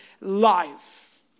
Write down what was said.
life